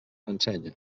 ensenya